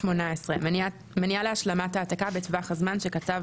מניעה להשלמת ההעתקה בטווח הזמן שקצב